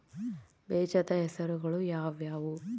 ಬೇಜದ ಹೆಸರುಗಳು ಯಾವ್ಯಾವು?